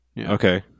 Okay